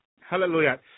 Hallelujah